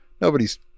Nobody's